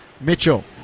Mitchell